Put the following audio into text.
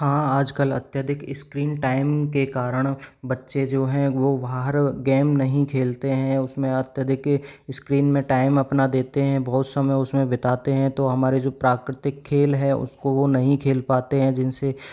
हाँ आजकल अत्यधिक स्क्रीन टाइम के कारण बच्चे जो है वह बाहर गेम नहीं खेलते हैं उसमें अत्यधिक स्क्रीन में टाइम अपना देते हैं बहुत समय उसमें बिताते तो हमारे जो प्राकृतिक खेल है उसको वह नहीं खेल पाते हैं जिनसे